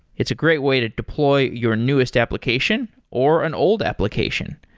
it's a great way to deploy your newest application, or an old application.